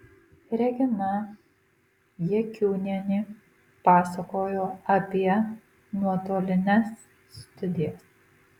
regina jakiūnienė pasakojo apie nuotolines studijas